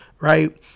right